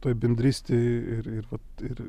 toj bendrystėj ir ir vat ir